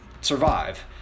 survive